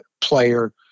player